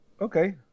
okay